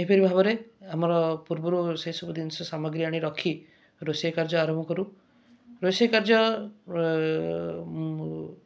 ଏହିପରି ଭାବରେ ଆମର ପୂର୍ବରୁ ସେହି ସବୁ ଦିନିଷ ସାମଗ୍ରୀ ଆଣି ରଖି ରୋଷେଇ କାର୍ଯ୍ୟ ଆରମ୍ଭ କରୁ ରୋଷେଇ କାର୍ଯ୍ୟ